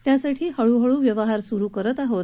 त्यासाठी हळूहळू व्यवहार सुरु करीत आहोत